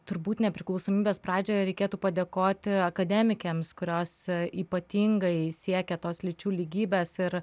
turbūt nepriklausomybės pradžioje reikėtų padėkoti akademikėms kurios ypatingai siekė tos lyčių lygybės ir